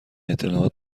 اطلاعات